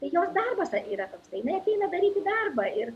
jos darbas yra toksai jinai ateina daryti darbą ir